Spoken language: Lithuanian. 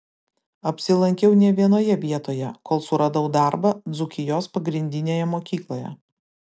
apsilankiau ne vienoje vietoje kol suradau darbą dzūkijos pagrindinėje mokykloje